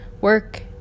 work